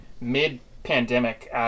mid-pandemic